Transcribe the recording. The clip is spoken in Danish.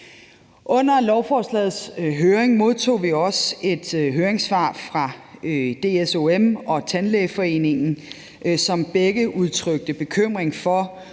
Under lovforslagets høring modtog vi også et høringssvar fra DSOM og Tandlægeforeningen, som begge udtrykte bekymring for,